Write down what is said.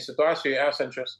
situacijoj esančios